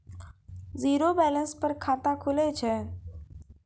Zero balance पर खाता खुले छै?